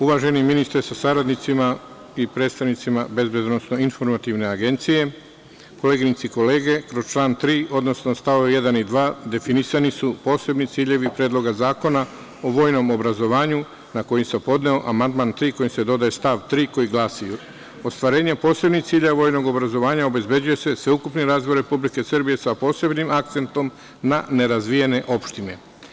Uvaženi ministre sa saradnicima i predstavnicima BIA, koleginice i kolege, kroz član 3, odnosno st. 1. i 2, definisani su posebni ciljevi Predloga zakona o vojnom obrazovanju na koji sam podneo amandman 3. kojim se dodaje stav 3. koji glasi: „Ostvarenjem posebnih ciljeva vojnog obrazovanja obezbeđuje se sveukupni razvoj Republike Srbije s posebnim akcentom na nerazvijene opštine“